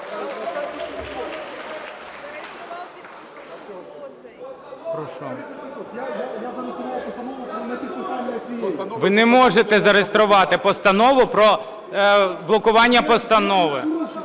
Ви не можете зареєструвати постанову про блокування постанови.